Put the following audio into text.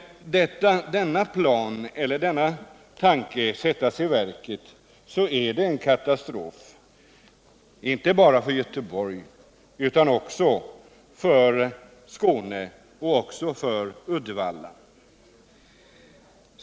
Skulle denna tanke sättas i verket skulle det vara en katastrof —- inte bara för Göteborg utan också för Skåne och Uddevalla.